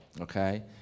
okay